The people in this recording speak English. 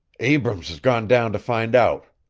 abrams has gone down to find out.